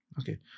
Okay